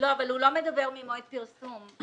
לא, הוא לא מדבר ממועד הפרסום.